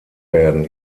werden